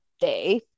day